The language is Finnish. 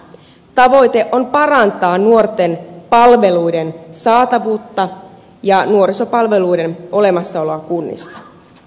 tavoite on parantaa nuorten palveluiden saatavuutta ja nuorisopalveluiden olemassaoloa kunnissa